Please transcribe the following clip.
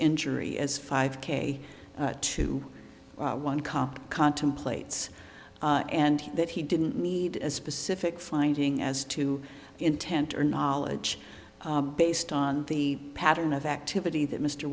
injury as five k to one cop contemplates and that he didn't need a specific finding as to intent or knowledge based on the pattern of activity that mr